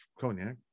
cognac